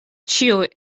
ĉiuj